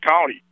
county